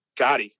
Gotti